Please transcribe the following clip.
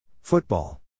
Football